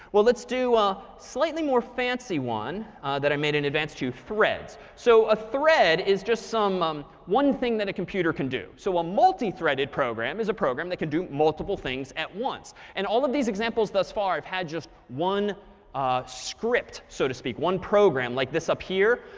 well, let's do a slightly more fancy one that i made in advance too threads. so a thread is just one thing that a computer can do. so a multi-threaded program is a program that can do multiple things at once. and all of these examples thus far have had just one script, so to speak one program like this up here.